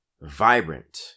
vibrant